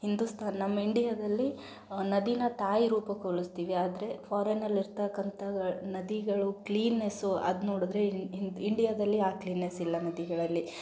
ಹಿಂದೂಸ್ತಾನ ನಮ್ಮ ಇಂಡಿಯಾದಲ್ಲಿ ನದಿನ ತಾಯಿ ರೂಪಕ್ಕೆ ಹೋಲಿಸ್ತೀವಿ ಆದರೆ ಫಾರಿನ್ನಲ್ಲಿ ಇರತಕ್ಕಂಥ ನದಿಗಳು ಕ್ಲೀನ್ನೆಸ್ಸು ಅದು ನೋಡಿದ್ರೆ ಇಂಡಿಯಾದಲ್ಲಿ ಆ ಕ್ಲೀನ್ನೆಸ್ ಇಲ್ಲ ನದಿಗಳಲ್ಲಿ